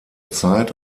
zeit